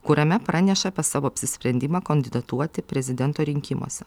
kuriame praneša apie savo apsisprendimą kandidatuoti prezidento rinkimuose